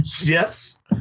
yes